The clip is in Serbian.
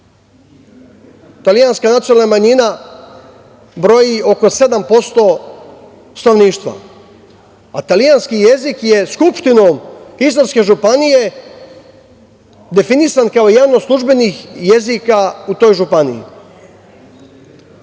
italijanska nacionalna manjina broji oko 7% stanovništva, a italijanski jezik je Skupštinom Istarske županije definisan kao jedan od službenih jezika u toj županiji. Zbog